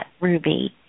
ruby